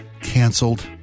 canceled